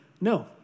no